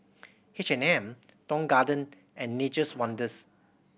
H and M Tong Garden and Nature's Wonders